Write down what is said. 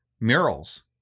murals